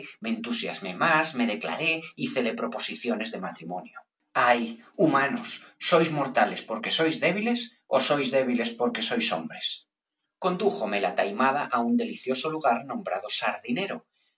me entusiasmó más me declaró hícele proposiciones de matrimonio ay humanos sois mortales porque sois débiles ó sois débiles porque sois hombres condújome la taimada á un delicioso lugar nombrado sardinero